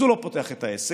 אז הוא לא פותח את העסק.